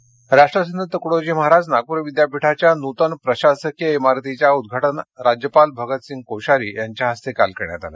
राज्यपाल राष्ट्रसंत तुकडोजी महाराज नागपूर विद्यापिठाच्या नूतन प्रशासकीय इमारतीच्या उद्घाटन राज्यपाल भगतसिंग कोश्यारी यांच्या हस्ते काल करण्यात आलं